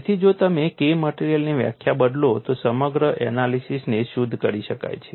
તેથી જો તમે K મટેરીઅલની વ્યાખ્યા બદલો તો સમગ્ર એનાલિસીસને શુદ્ધ કરી શકાય છે